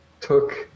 took